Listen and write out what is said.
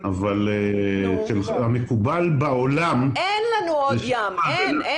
אין לנו עוד ים.